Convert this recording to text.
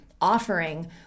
offering